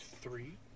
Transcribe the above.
three